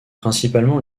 principalement